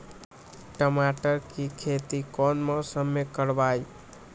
टमाटर की खेती कौन मौसम में करवाई?